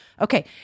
Okay